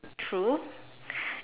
true